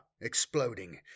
exploding